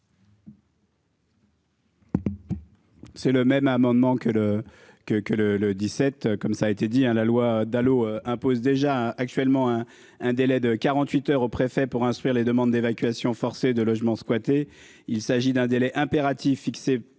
C'est le même amendement que le que que le le 17 comme ça a été dit hein à la loi Dalo impose déjà actuellement hein. Un délai de 48 heures au préfet pour instruire les demandes d'évacuation forcée de logements squattés. Il s'agit d'un délai impératif fixé